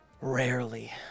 Rarely